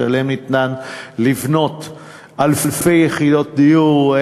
שעליהן ניתן לבנות אלפי יחידות דיור,